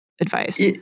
advice